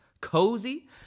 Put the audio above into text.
Cozy